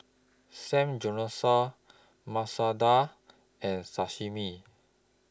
Samgeyopsal Masoor Dal and Sashimi